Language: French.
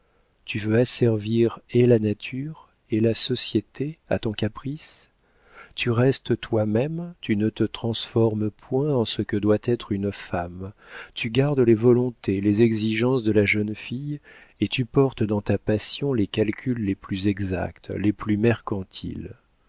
tu veux asservir et la nature et la société à ton caprice tu restes toi-même tu ne te transformes point en ce que doit être une femme tu gardes les volontés les exigences de la jeune fille et tu portes dans ta passion les calculs les plus exacts les plus